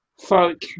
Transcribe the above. folk